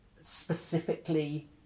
specifically